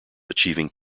achieving